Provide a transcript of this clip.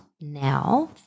now